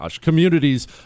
communities